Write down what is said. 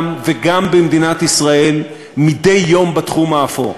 וגם במדינת ישראל מדי יום בתחום האפור.